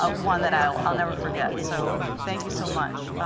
ah one that i'll i'll never forget. so thank you so much.